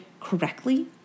correctly